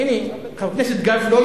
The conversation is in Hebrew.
הנה, חבר הכנסת גפני פה.